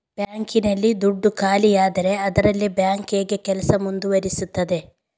Bank ನಲ್ಲಿ ದುಡ್ಡು ಖಾಲಿಯಾದರೆ ಅದರಲ್ಲಿ ಬ್ಯಾಂಕ್ ಹೇಗೆ ಕೆಲಸ ಮುಂದುವರಿಸುತ್ತದೆ?